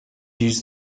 use